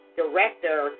director